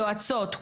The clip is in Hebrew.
יועצות,